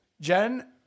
Jen